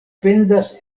pendas